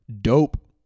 dope